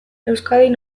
euskadin